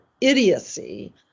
idiocy